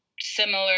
similar